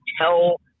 tell